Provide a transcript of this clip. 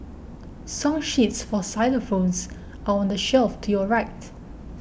song sheets for xylophones are on the shelf to your right